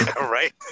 Right